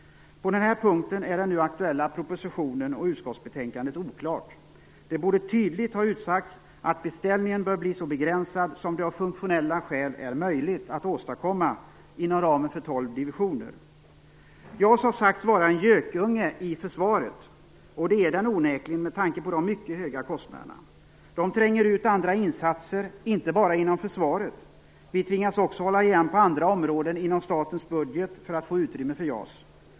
På den här punkten är den nu aktuella propositionen och utskottsbetänkandet oklara. Det borde tydligt ha utsagts att beställningen bör bli så begränsad som det av funktionella skäl är möjligt att åstadkomma inom ramen för tolv divisioner. JAS har sagts vara en gökunge i försvaret, och det är det onekligen med tanke på de mycket höga kostnaderna. De tränger ut andra insatser, inte bara inom försvaret. Vi tvingas också hålla igen på andra områden inom statens budget för att få utrymme för JAS.